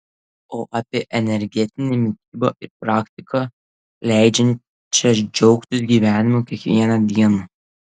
o apie energetinę mitybą ir praktiką leidžiančią džiaugtis gyvenimu kiekvieną dieną